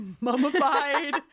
mummified